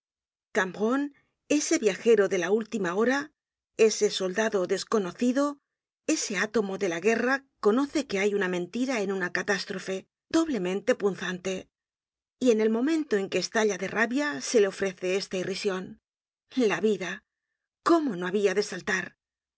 cambronne ese viajero de la última hora ese soldado desconocido ese átomo de la guerra conoce que hay una mentira en una catástrofe doblemente punzante y en el momento en que estalla de rabia se le ofrece esta irrision la vida cómo no habia